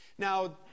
Now